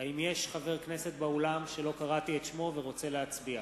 האם יש חבר כנסת באולם שלא קראתי את שמו ורוצה להצביע?